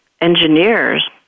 engineers